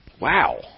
Wow